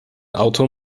auto